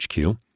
HQ